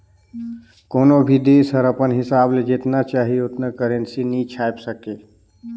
कोनो भी देस हर अपन हिसाब ले जेतना चाही ओतना करेंसी नी छाएप सके